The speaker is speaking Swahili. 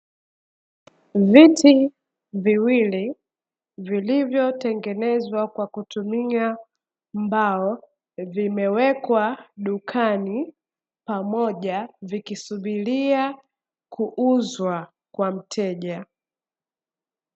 Viti viwili vilivyotengenezwa kwa kutumia mbao, vimewekwa dukani pamoja, vikisubiria kuuzwa kwa mteja.